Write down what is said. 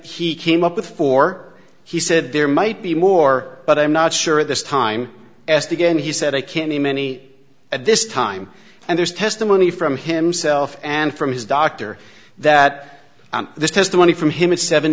he came up with four he said there might be more but i'm not sure at this time as to gain he said i can't name any at this time and there's testimony from himself and from his doctor that this testimony from him is seven